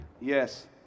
Yes